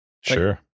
Sure